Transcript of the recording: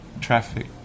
traffic